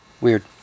Weird